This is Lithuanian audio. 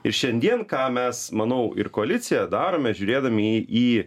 ir šiandien ką mes manau ir koaliciją darome žiūrėdami į į